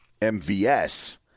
MVS